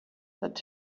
that